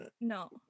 No